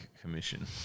commission